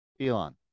Elon